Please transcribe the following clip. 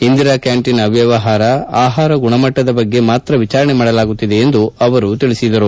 Indira canteen ಅವ್ಲವಹಾರ ಆಹಾರದ ಗುಣಮಟ್ಟದ ಬಗ್ಗೆ ಮಾತ್ರ ವಿಚಾರಣೆ ಮಾಡಲಾಗುತ್ತಿದೆ ಎಂದು ಅವರು ತಿಳಿಸಿದರು